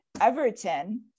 Everton